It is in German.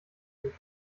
die